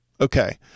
Okay